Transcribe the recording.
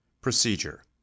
Procedure